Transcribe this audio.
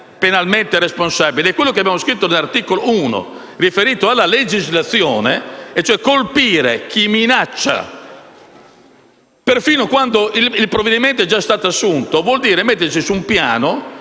penalmente responsabile. Quello che abbiamo scritto nell'articolo 1 riferito alla legislazione, e cioè colpire chi minaccia persino quando il provvedimento è stato già assunto, vuol dire mettersi su un piano